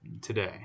today